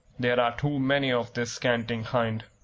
there are too many of this canting kind.